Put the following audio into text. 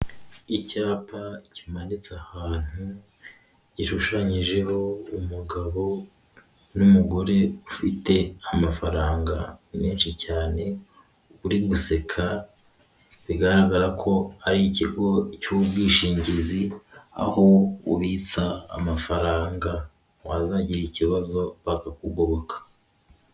Icyapa kimanitse ahantu gishushanyijeho umugabo n'umugore ufite amafaranga menshi cyane uri guseka bigaragara ko ari ikigo cy'ubwishingizi aho ubitsa amafaranga wazagira ikibazo bakakugoboka.